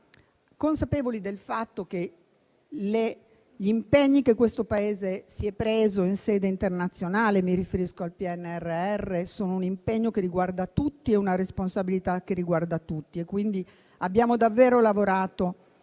consapevoli del fatto che gli impegni che questo Paese si è preso in sede internazionale - mi riferisco al PNRR - riguardano tutti; è una responsabilità che riguarda tutti. Abbiamo quindi davvero lavorato